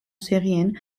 syrien